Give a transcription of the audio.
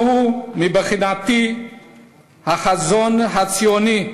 מבחינתי זה הגשמת החזון הציוני,